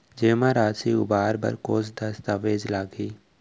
जेमा राशि उबार बर कोस दस्तावेज़ लागही?